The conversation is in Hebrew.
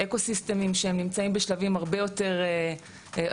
אקו סיסטמים שהם נמצאים בשלבים הרבה יותר מאחורה